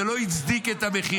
זה לא הצדיק את המכירה,